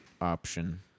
option